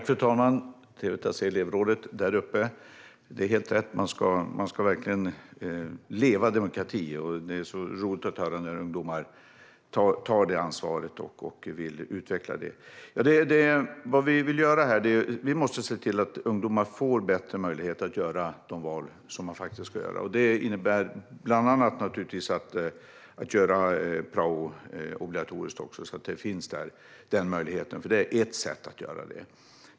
Fru talman! Trevligt att se elevrådet där uppe! Det är helt rätt - man ska verkligen leva demokrati. Det är roligt att höra att ungdomar tar det ansvaret och vill utveckla det. Vi måste se till att ungdomar får bättre möjligheter att göra sina val. Det innebär bland annat att göra prao obligatoriskt; det är ett sätt att göra detta.